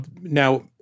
Now